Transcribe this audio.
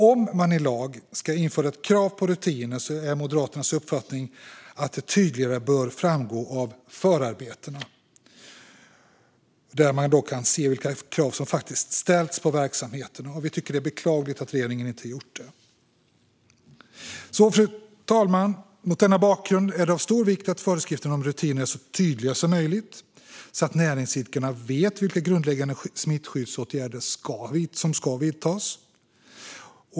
Om man i lag ska införa ett krav på rutiner är Moderaternas uppfattning att det tydligare bör framgå av förarbetena vilka krav som faktiskt ställs på verksamheterna. Vi tycker att det är beklagligt att regeringen inte gjort detta. Fru talman! Mot denna bakgrund är det av stor vikt att föreskrifterna om rutiner är så tydliga som möjligt, så att näringsidkarna vet vilka grundläggande smittskyddsåtgärder som ska vidtas.